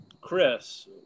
chris